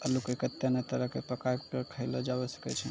अल्लू के कत्ते नै तरह से पकाय कय खायलो जावै सकै छै